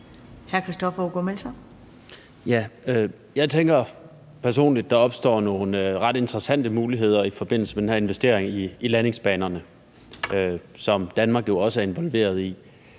Jeg tænker personligt, at der opstår nogle ret interessante muligheder i forbindelse med den her investering i landingsbanerne, som Danmark jo også er involveret i.